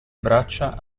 braccia